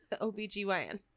OBGYN